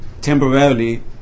temporarily